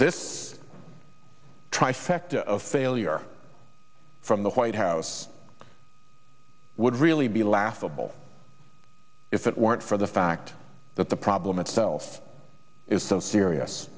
this trifecta of failure from the white house would really be laughable if it weren't for the fact that the problem itself is so serious